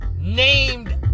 named